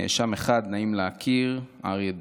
נאשם 1, נעים להכיר, אריה דרעי.